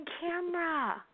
camera